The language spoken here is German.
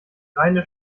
reine